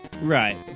Right